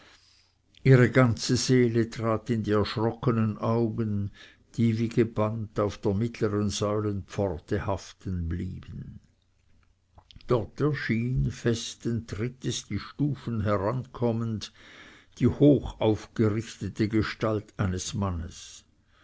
ihre ganze seele trat in die erschrockenen augen die wie gebannt auf der mittleren säulenpforte haftenblieben dort erschien festen trittes die stufen herankommend die hochaufgerichtete gestalt eines mannes